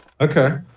Okay